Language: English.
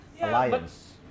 Alliance